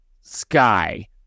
Sky